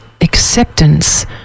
acceptance